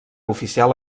oficial